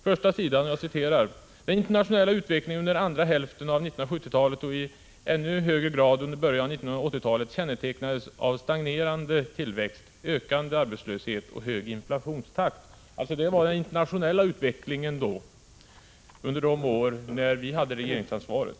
Jag citerar från första sidan: ”Den internationella utvecklingen under andra hälften av 1970-talet och i ännu högre grad under början av 1980-talet kännetecknades av stagnerande tillväxt, ökande arbetslöshet och hög inflationstakt.” Det var alltså den internationella utvecklingen under de år då vi hade regeringsansvaret.